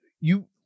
You-